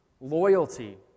loyalty